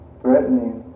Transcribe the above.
threatening